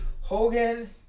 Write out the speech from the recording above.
Hogan